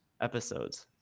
episodes